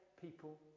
people